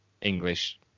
english